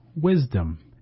wisdom